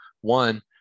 One